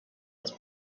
was